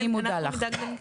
אנחנו נדאג להנגיש.